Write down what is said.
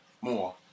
more